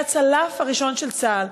היה הצלף הראשון של צה"ל,